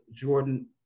Jordan